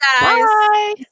Bye